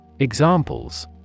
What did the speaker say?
Examples